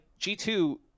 G2